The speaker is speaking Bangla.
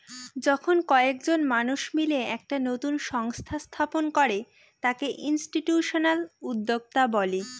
যখন কয়েকজন মানুষ মিলে একটা নতুন সংস্থা স্থাপন করে তাকে ইনস্টিটিউশনাল উদ্যোক্তা বলে